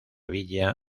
villa